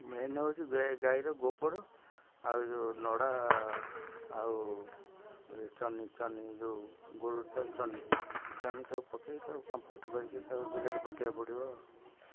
main ହେଉଛି ଗାଈର ଗୋବର ଆଉ ଯେଉଁ ନଡ଼ା ଆଉ ଚନି ଚନି ଯେଉଁ ଗୋରୁ ଚନି ଚନି ସବୁ ପକାଇ ତାକୁ କମ୍ପୋଷ୍ଟ କରିକି ତାକୁ ବିଲରେ ପକାଇବାକୁ ପଡ଼ିବ ଆଉ